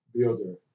builder